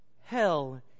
Hell